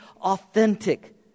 authentic